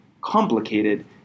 complicated